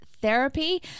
Therapy